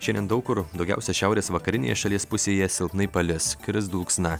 šiandien daug kur daugiausiai šiaurės vakarinėje šalies pusėje silpnai palis kris dulksna